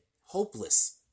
hopeless